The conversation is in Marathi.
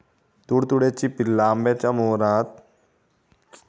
तुडतुड्याची पिल्ला आंब्याच्या मोहरातना काय शोशून घेतत?